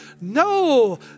no